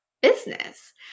business